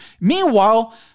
Meanwhile